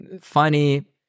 funny